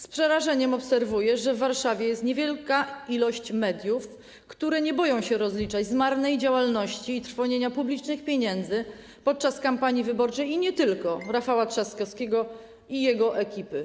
Z przerażeniem obserwuję, że w Warszawie jest niewielka ilość mediów, które nie boją się rozliczać z marnej działalności i trwonienia publicznych pieniędzy podczas kampanii wyborczej i nie tylko Rafała Trzaskowskiego i jego ekipy.